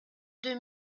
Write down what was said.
deux